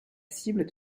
cible